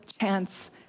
chance